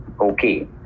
okay